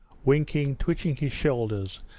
winking, twitching his shoulders,